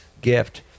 gift